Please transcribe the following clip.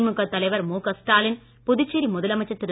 திமுக தலைவர் மு க ஸ்டாலின் புதுச்சேரி முதலமைச்சர் திரு